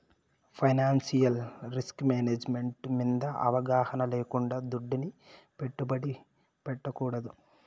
financial risk management మింద అవగాహన లేకుండా దుడ్డుని పెట్టుబడి పెట్టకూడదు